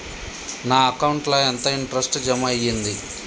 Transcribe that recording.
నా అకౌంట్ ల ఎంత ఇంట్రెస్ట్ జమ అయ్యింది?